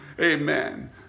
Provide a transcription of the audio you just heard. Amen